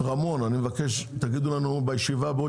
רמון אני מבקש שבישיבה הבאה בעוד